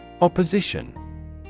Opposition